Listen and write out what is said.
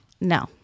No